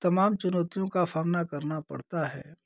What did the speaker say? तमाम चुनौतियों का सामना करना पड़ता है